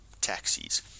taxis